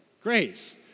grace